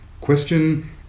question